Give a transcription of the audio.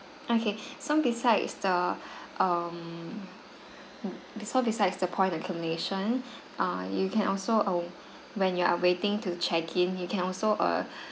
okay so besides the um so besides the point accumulation err you can also um when you are waiting to check in you can also err